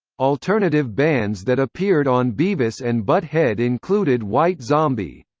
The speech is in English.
alternative bands that appeared on beavis and butt-head included white zombie.